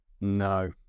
No